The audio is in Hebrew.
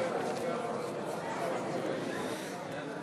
חברי הכנסת, נא לשבת.